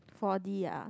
four D ah